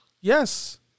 Yes